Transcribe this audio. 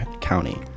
county